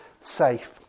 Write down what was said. safe